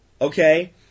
okay